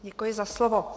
Děkuji za slovo.